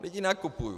Lidi nakupují.